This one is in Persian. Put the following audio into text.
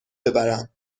ببرم